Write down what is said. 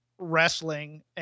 wrestling